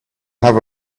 have